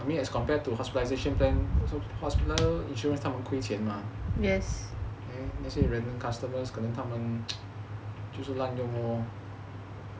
I mean as compared to hospitalisation plan hospital insurance 他们亏钱 mah let's say random customers 可能他们就是烂用 lor